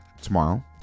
tomorrow